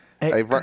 Hey